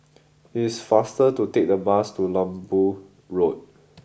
it is faster to take the bus to Lembu Road